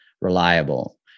reliable